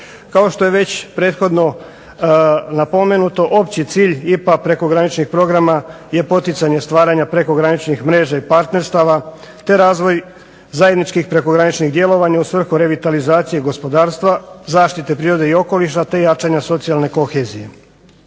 Kao što je već prethodno napomenuto opći cilj IPA prekograničnih programa je poticanje stvaranja prekograničnih mreža i partnerstava, te razvoj zajedničkih prekograničnih djelovanja u svrhu revitalizacije gospodarstva, zaštite prirode i okoliša te jačanja socijalne kohezije.